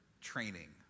training